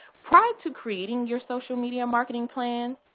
prior to creating your social media marketing plan,